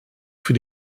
für